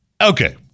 okay